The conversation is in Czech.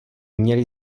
měly